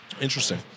Interesting